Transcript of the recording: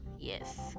Yes